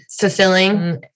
fulfilling